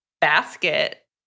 basket